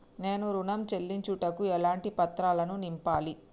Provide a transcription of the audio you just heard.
నేను ఋణం చెల్లించుటకు ఎలాంటి పత్రాలను నింపాలి?